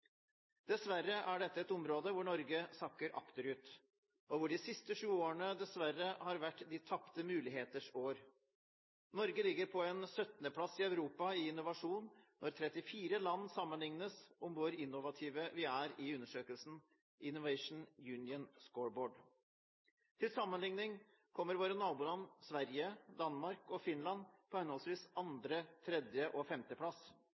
Dessverre er dette et område hvor Norge sakker akterut. De siste sju årene har dessverre vært de tapte muligheters år. Norge ligger på en 17.-plass i Europa i innovasjon når 34 land sammenlignes om hvor innovative vi er i undersøkelsen «Innovation Union Scoreboard». Til sammenligning kommer våre naboland Sverige, Danmark og Finland på henholdsvis andre-, tredje- og